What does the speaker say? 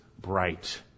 bright